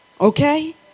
Okay